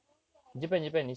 oh